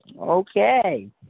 Okay